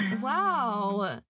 Wow